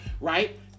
right